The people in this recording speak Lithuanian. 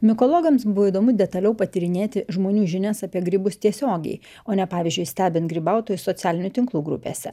mikologams buvo įdomu detaliau patyrinėti žmonių žinias apie grybus tiesiogiai o ne pavyzdžiui stebint grybautojus socialinių tinklų grupėse